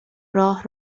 راه